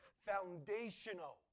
Foundational